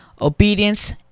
obedience